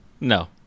No